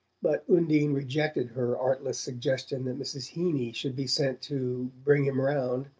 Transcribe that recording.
but undine rejected her artless suggestion that mrs. heeny should be sent to bring him round.